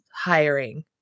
hiring